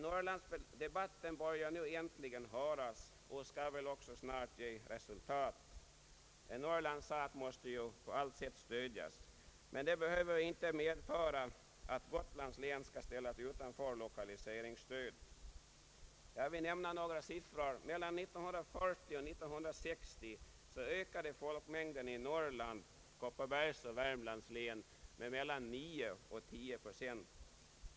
Norrlandsdebatten börjar nu äntligen höras och skall väl också snart ge resultat. Norrlands sak måste på allt sätt stödjas, men det behöver inte medföra att Gotlands län skall ställas utan lokaliseringsstöd. Jag vill nämna några siffror. Mellan 1940 och 1960 ökade folkmängden i Norrland samt i Kopparbergs och Värmlands län med mellan 9 och 10 procent.